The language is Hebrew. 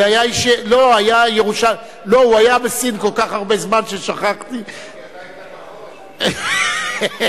התשע"א 2010, של חבר הכנסת זבולון אורלב, עברה